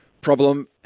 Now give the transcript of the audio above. problem